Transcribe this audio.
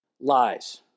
lies